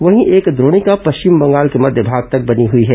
वहीं एक द्रोणिका पश्चिम बंगाल के मध्य भाग तक बनी हुई है